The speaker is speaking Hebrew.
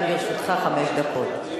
גם לרשותך חמש דקות.